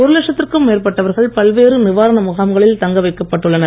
ஒரு லட்சத்திற்கும் மேற்பட்டவர்கள் பல்வேறு நிவாரண முகாம்களில் தங்க வைக்கப்பட்டு உள்ளனர்